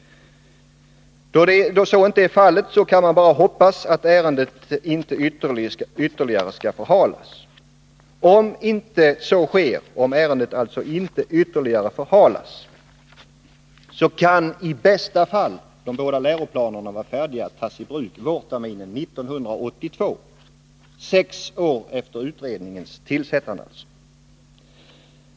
Då utskottet inte gjort något sådant uttalande kan man bara hoppas att ärendet inte ytterligare skall förhalas. Då kan i bästa fall de båda läroplanerna vara färdiga att tas i bruk vårterminen 1982 — sex år efter utredningens tillsättande.